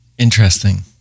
interesting